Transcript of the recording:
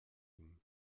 ihm